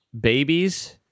babies